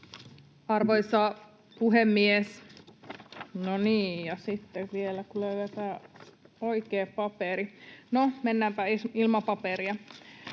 Arvoisa puhemies! No niin, ja sitten vielä, kun löydetään oikea paperi. No, mennäänpä ilman paperia.